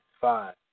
five